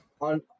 on